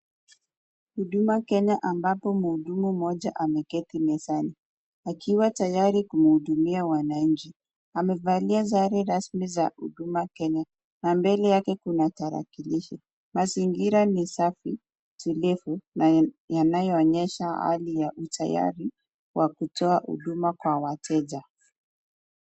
Huduma Kenya ambapo mhudumu mmoja ameketi mezani, akiwa tayari kumhudumia wananchi. Amevalia sare rasmi za huduma Kenya na mbele yake kuna tarakilishi. Mazingira ni safi, tulivu na yanayoonyesha hali ya utayari wa kutoa huduma kwa wateja.